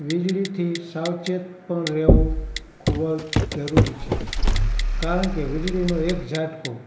વીજળીથી સાવચેત પણ રહેવું ખૂબ જ જરૂરી છે કારણકે વીજળીનો એક ઝાટકો